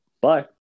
Bye